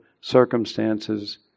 circumstances